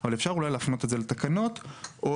אבל אפשר אולי להפנות את זה לתקנות או